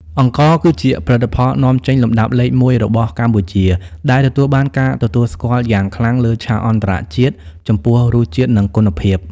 អង្ករគឺជាផលិតផលនាំចេញលំដាប់លេខមួយរបស់កម្ពុជា ដែលទទួលបានការទទួលស្គាល់យ៉ាងខ្លាំងលើឆាកអន្តរជាតិចំពោះរសជាតិ និងគុណភាព។